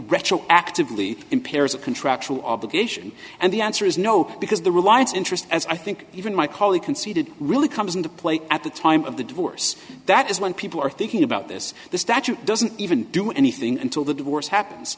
retro actively impairs a contractual obligation and the answer is no because the reliance interest as i think even my colleague conceded really comes into play at the time of the divorce that is when people are thinking about this the statute doesn't even do anything until the divorce happens